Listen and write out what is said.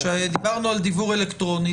כשדיברנו על דיוור אלקטרוני,